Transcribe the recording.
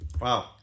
Wow